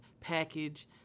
package